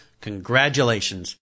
Congratulations